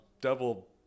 devil